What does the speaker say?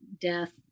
death